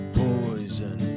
poison